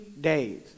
days